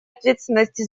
ответственности